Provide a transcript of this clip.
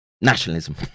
nationalism